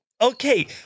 Okay